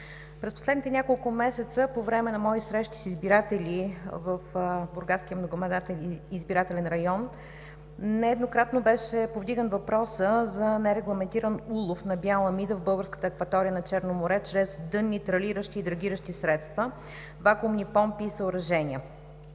През последните няколко месеца по време на мои срещи с избиратели в Бургаския многомандатен избирателен район, нееднократно беше повдиган въпросът за нерегламентиран улов на бяла мида в българската акватория на Черно море чрез дънни тралиращи и драгиращи средства, вакуумни помпи и съоръжения.